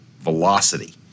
velocity